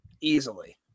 easily